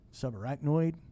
subarachnoid